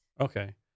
okay